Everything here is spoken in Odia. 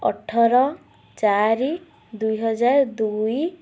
ଅଠର ଚାରି ଦୁଇହଜାର ଦୁଇ